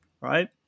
right